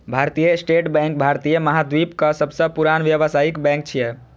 भारतीय state bank भारतीय महाद्वीपक सबसं पुरान व्यावसायिक बैंक छियै